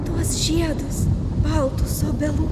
tuos žiedus baltus obelų